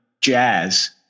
jazz